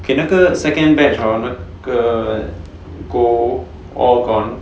okay 那个 second batch hor 那个 gold all gone